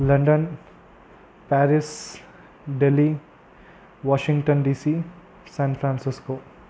London Paris Delhi Washington D C San Francisco